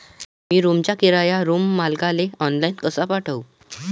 मी रूमचा किराया रूम मालकाले ऑनलाईन कसा पाठवू?